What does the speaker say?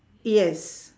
yes